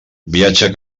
viatge